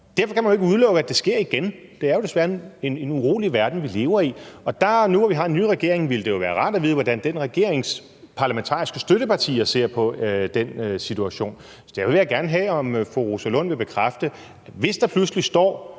Derfor kan man jo ikke udelukke, at det sker igen. Det er jo desværre en urolig verden, vi lever i, og der ville det jo nu, hvor vi har en ny regering, være rart at vide, hvordan den regerings parlamentariske støttepartier ser på den situation. Derfor vil jeg gerne have, om fru Rosa Lund vil bekræfte, at hvis der pludselig står